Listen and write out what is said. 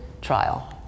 trial